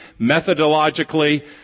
methodologically